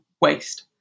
waste